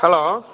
hello